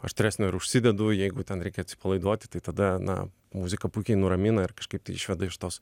aštresnio ir užsidedu jeigu ten reikia atsipalaiduoti tai tada na muzika puikiai nuramina ir kažkaip tai išveda iš tos